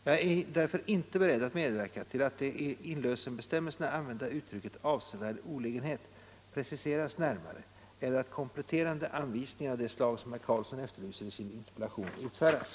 Jag är därför inte beredd att medverka till att det i inlösenbestämmelserna använda uttrycket avsevärd olägenhet Nr 138 preciseras närmare eller att kompletterande anvisningar av det slag som Måndagen den